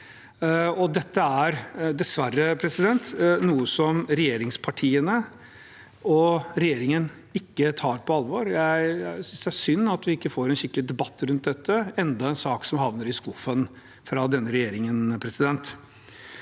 dette er dessverre noe som regjeringspartiene og regjeringen ikke tar på alvor. Jeg synes det er synd at vi ikke får en skikkelig debatt rundt dette. Dette er enda en sak som havner i skuffen til denne regjeringen.